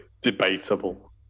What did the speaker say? Debatable